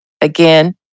again